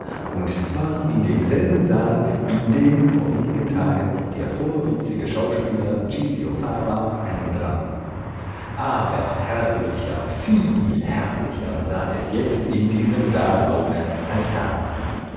und zwar in demselben saal in den vor wenigen tagen der vorwitzige schauspieler giglio fava eindrang aber herrlicher viel herrlicher sah es jetzt in diesem saal aus als damals